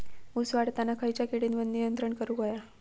ऊस वाढताना खयच्या किडींवर नियंत्रण करुक व्हया?